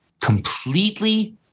completely